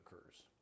occurs